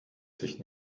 sich